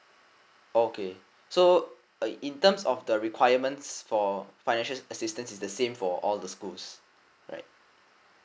okay so uh in terms of the requirements for financial assistance is the same for all the schools right